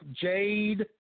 Jade